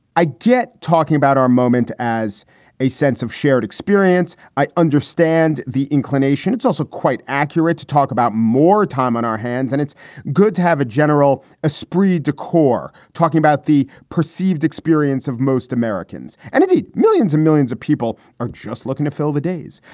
i get talking about our moment as a sense of shared experience. i understand the inclination. it's also quite accurate to talk about more time on our hands, and it's good to have a general esprit de corps talking about the perceived experience of most americans and of the millions and millions of people are just looking to fill the days.